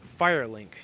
Firelink